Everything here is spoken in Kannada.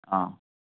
ಹಾಂ